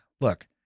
Look